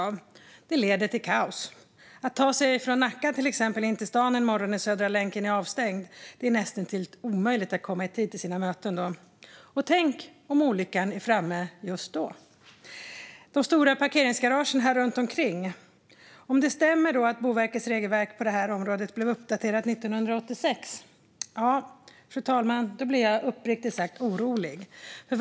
Om man till exempel behöver ta sig från Nacka in till stan en morgon när Södra länken är avstängd är det näst intill omöjligt att komma i tid till sina möten. Och tänk om olyckan är framme just då? Med tanke på de stora parkeringsgaragen här runt omkring blir jag, om det nu stämmer att Boverkets regelverk på det här området blev uppdaterat 1986, uppriktigt sagt orolig, fru talman.